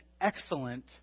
excellent